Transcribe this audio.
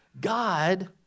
God